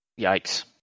Yikes